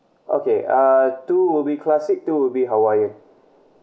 okay uh two will be classic two will be hawaiian